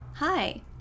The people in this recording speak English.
Hi